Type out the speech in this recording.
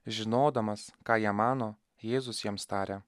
žinodamas ką jie mano jėzus jiems tarė